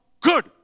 good